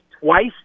twice